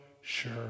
sure